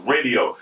Radio